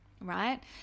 Right